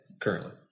Currently